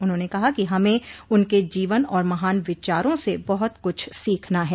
उन्होंने कहा कि हमें उनके जीवन और महान विचारों से बहुत कुछ सीखना है